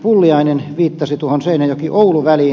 pulliainen viittasi tuohon seinäjokioulu väliin